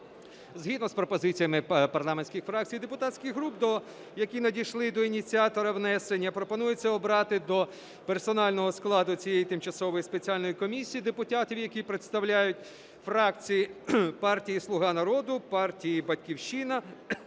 Згідно з пропозиціями парламентських фракцій і депутатських груп, які надійшли до ініціатора внесення, пропонується обрати до персонального складу цієї Тимчасової спеціальної комісії, депутатів, які представляють фракції партії "Слуга народу", партії "Батьківщина"